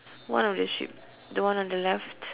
one of the ship the one on the left